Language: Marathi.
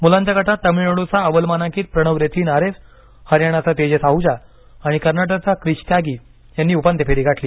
मुलांच्या गटात तामिळनाडूचा अव्वल मानांकित प्रणव रेथीन आरएस हरियाणाचा तेजस आह्जा आणि कर्नाटकचा क्रिश त्यागी यांनी उपांत्य फेरी गाठली